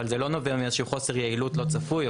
אבל זה לא נובע מחוסר יעילות לא צפוי.